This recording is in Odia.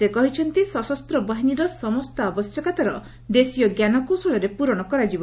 ସେ କହିଛନ୍ତି ସଶସ୍ତ ବାହିନୀର ସମସ୍ତ ଆବଶ୍ୟକତାର ଦେଶୀୟ ଜ୍ଞାନକୌଶଳରେ ପ୍ରରଣ କରାଯିବ